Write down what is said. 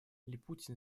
липутин